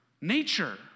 nature